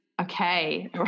Okay